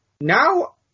now